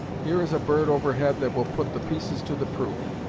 here is a bird over head that will put the pieces to the proof.